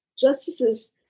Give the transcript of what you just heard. justices